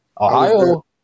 Ohio